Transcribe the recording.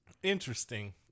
interesting